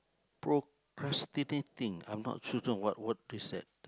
procrastinating I'm not sure wh~ what is that